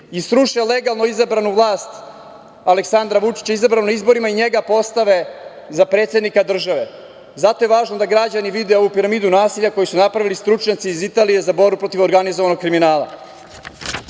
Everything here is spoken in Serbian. sruše legalno izabranu vlast, Aleksandra Vučića izabranog na izborima i njega postave za predsednika države. Zato je važno da građani vide ovu piramidu nasilja koju napravili stručnjaci iz Italije za borbu protiv organizovanog kriminala. Takođe,